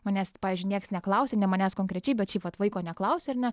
manęs pavyzdžiui nieks neklausė ne manęs konkrečiai bet šiaip vat vaiko neklausė ar ne